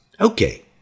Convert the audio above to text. Okay